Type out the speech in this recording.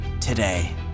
today